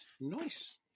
Nice